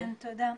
תודה.